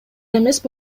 эмеспи